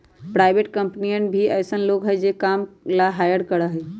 private कम्पनियन भी ऐसन लोग के ई काम ला हायर करा हई